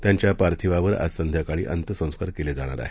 त्यांच्या पार्थिवावर आज संध्याकाळी अंत्यसंस्कार केले जाणार आहेत